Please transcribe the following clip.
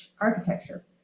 architecture